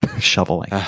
shoveling